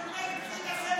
את הספר,